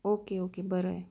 okay okay बरं आहे